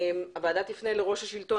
הוועדה תפנה ליושב ראש השלטון